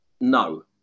no